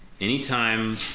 Anytime